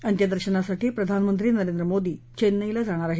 अंत्यदर्शनासाठी प्रधानमंत्री नरेंद्र मोदी चेन्नईला जाणार आहेत